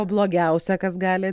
o blogiausia kas gali